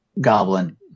goblin